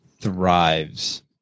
thrives